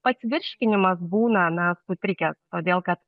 pats virškinimas būna na sutrikęs todėl kad